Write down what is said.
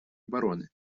обороны